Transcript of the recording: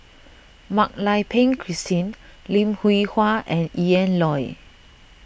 Mak Lai Peng Christine Lim Hwee Hua and Ian Loy